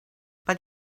but